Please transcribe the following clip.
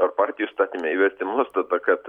ar partijų įstatyme įvesti nuostatą kad